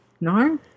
No